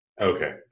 okay